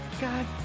God